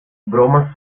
bromas